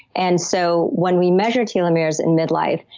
and so when we measure telomeres in midlife,